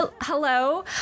Hello